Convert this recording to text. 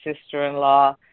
sister-in-law